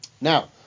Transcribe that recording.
Now